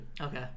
Okay